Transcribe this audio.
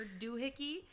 doohickey